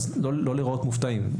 אז לא להיראות מופתעים.